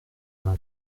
alain